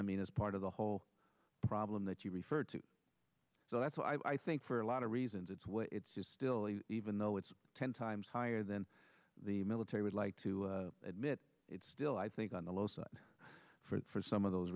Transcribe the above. i mean that's part of the whole problem that you referred to so that's why i think for a lot of reasons it's what it's just still even though it's ten times higher than the military would like to admit it still i think on the low side for some of those